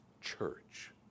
church